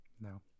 No